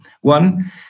one